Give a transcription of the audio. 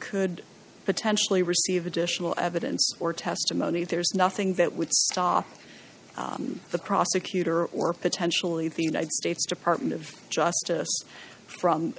could potentially receive additional evidence or testimony there's nothing that would stop the prosecutor or potentially the united states department of justice from